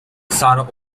sarah